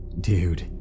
Dude